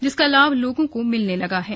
जिसका लाभ लोगों को मिलने लगा है